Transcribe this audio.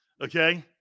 Okay